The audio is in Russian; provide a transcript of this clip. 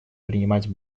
принимать